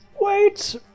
wait